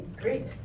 great